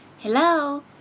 Hello